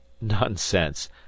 Nonsense